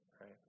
right